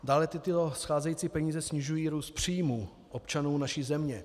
Dále tyto scházející peníze snižují růst příjmů občanů naší země.